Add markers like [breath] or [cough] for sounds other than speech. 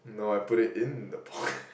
no I put it in the pork [breath]